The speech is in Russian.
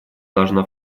должна